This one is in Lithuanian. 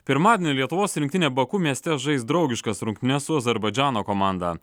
pirmadienį lietuvos rinktinė baku mieste žais draugiškas rungtynes su azerbaidžano komanda